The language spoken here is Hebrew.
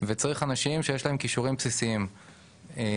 וצריך אנשים שיש להם כישורים בסיסיים ויכולת